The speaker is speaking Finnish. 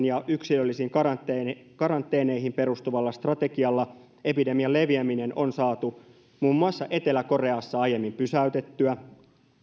ja yksilöllisiin karanteeneihin karanteeneihin perustuvalla strategialla epidemian leviäminen on saatu muun muassa etelä koreassa aiemmin pysäytettyä